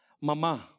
Mama